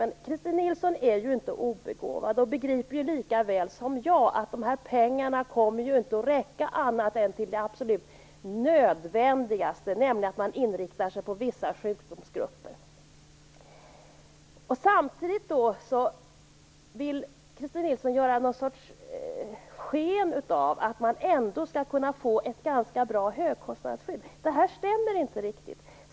Men Christin Nilsson är ju inte obegåvad och begriper ju lika bra som jag att dessa pengar inte kommer att räcka till annat än det absolut nödvändigaste, och det innebär att man inriktar sig på vissa sjukdomsgrupper. Samtidigt vill Christin Nilsson göra sken av att man ändå skall kunna få ett ganska bra högkostnadsskydd. Det här stämmer inte riktigt.